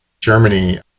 Germany